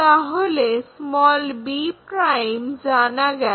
তাহলে b' জানা গেল